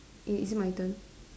it is it my turn